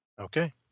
Okay